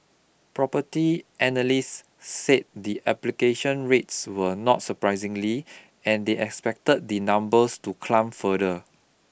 property analysts said the application rates were not surprisingly and they expected the numbers to climb further